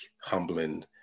humbling